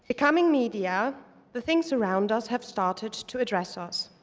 but coming media the things around us have started to address ah us.